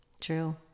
True